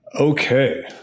Okay